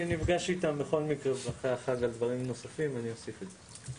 אחרי החג אני נפגש איתם בכל מקרה על דברים נוספים ואני אוסיף את זה.